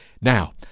Now